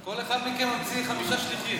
כל אחד מכם ממציא חמישה שליחים.